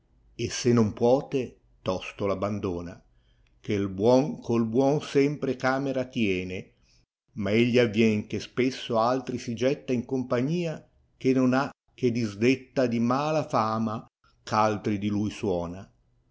setta se non pnote tosto t abbandona che il buon col buon sempre camera tiene ma egli avvien che spesso altri si getta in compagnia che non ha che disdetta di mala fama ch altri di lui suona